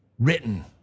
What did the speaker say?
Written